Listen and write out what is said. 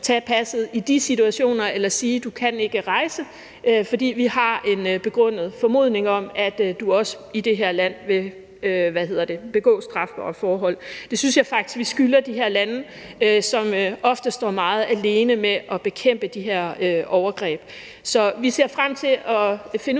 tage passet i de situationer eller sige: Du kan ikke rejse, fordi vi har en begrundet formodning om, at du også i det her land vil begå strafbare forhold. Det synes jeg faktisk vi skylder de lande, som ofte står meget alene med at bekæmpe de her overgreb. Så vi ser frem til at finde ud af,